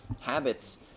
Habits